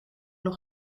nog